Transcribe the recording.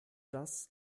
das